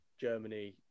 Germany